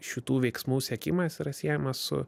šitų veiksmų siekimas yra siejamas su